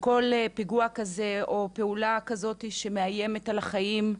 וכל פיגוע כזה או פעולה כזאת שמאיימת על החיים,